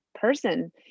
person